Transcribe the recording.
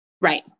Right